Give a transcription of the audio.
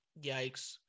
yikes